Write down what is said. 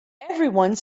everyone